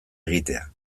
egitea